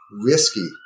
risky